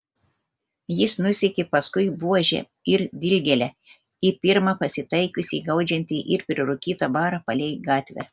jis nusekė paskui buožę ir dilgėlę į pirmą pasitaikiusį gaudžiantį ir prirūkytą barą palei gatvę